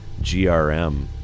GRM